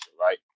right